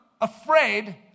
afraid